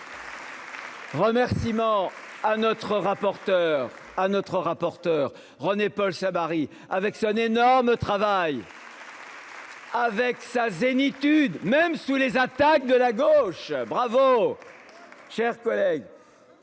rapporteur à notre rapporteur René-Paul Savary avec son énorme travail. Avec sa zénitude même si sous les attaques de la gauche. Bravo. Chers collègues.